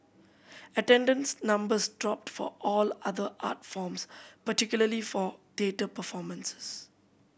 attendance numbers dropped for all other art forms particularly for theatre performances